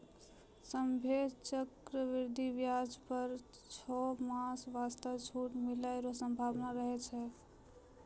सभ्भे चक्रवृद्धि व्याज पर छौ मास वास्ते छूट मिलै रो सम्भावना रहै छै